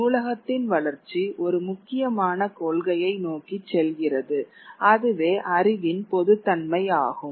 நூலகத்தின் வளர்ச்சி ஒரு முக்கியமான கொள்கையை நோக்கிச் செல்கிறது அதுவே அறிவின் பொதுத் தன்மை ஆகும்